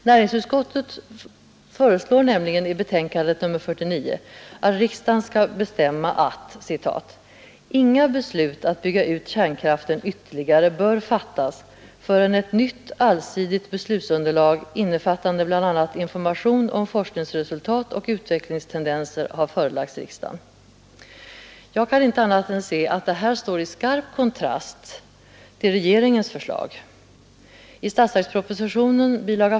Näringsutskottet föreslår nämligen i betänkande nr 49 att riksdagen skall bestämma att inga ”beslut att bygga ut kärnkraften ytterligare bör fattas förrän ett nytt, allsidigt beslutsunderlag, innefattande bl.a. information om forskningsresultat och utvecklingstendenser, har förelagts riksdagen”. Jag kan inte se annat än att detta står i skarp kontrast till regeringens förslag. I statsverkspropositionen bil.